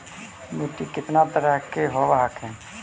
मिट्टीया कितना तरह के होब हखिन?